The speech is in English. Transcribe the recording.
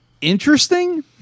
Interesting